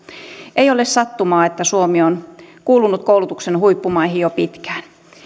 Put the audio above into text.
ei ole sattumaa että suomi on kuulunut koulutuksen huippumaihin jo pitkään